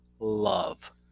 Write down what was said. love